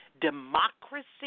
democracy